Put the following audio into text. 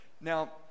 now